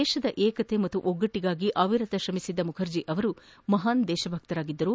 ದೇಶದ ಏಕತೆ ಮತ್ತು ಒಗ್ಗಟ್ಟಗಾಗಿ ಅವಿರತ ಶ್ರಮಿಸಿದ್ದ ಮುಖರ್ಜಿ ಮಹಾನ್ ದೇಶಭಕ್ತರಾಗಿದ್ದರು